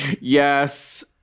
yes